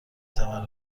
تواند